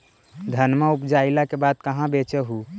धनमा उपजाईला के बाद कहाँ बेच हू?